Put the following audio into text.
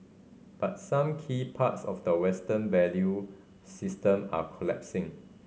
but some key parts of the Western value system are collapsing